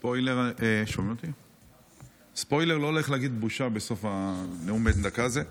ספוילר: לא הולך להגיד בושה בסוף הנאום בן דקה הזה.